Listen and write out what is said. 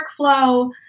workflow